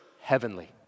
heavenly